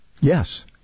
Yes